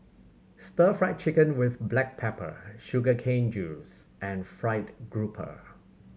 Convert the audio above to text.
Stir Fry Chicken with black pepper sugar cane juice and fried grouper